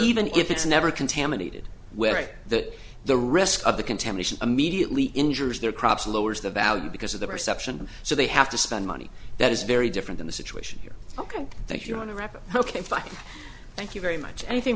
even if it's never contaminated where i say that the risk of the contamination immediately injures their crops lowers the value because of the perception so they have to spend money that is very different in the situation here ok thank you i want to wrap up ok fine thank you very much anything